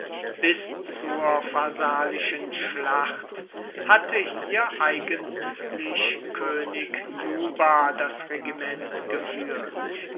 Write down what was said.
bis zur pharsalischen schlacht hatte hier eigentlich könig juba das regiment geführt